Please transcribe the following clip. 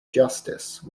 justice